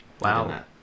wow